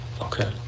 Okay